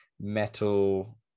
metal